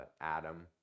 Adam